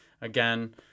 again